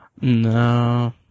No